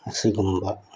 ꯑꯁꯤꯒꯨꯝꯕ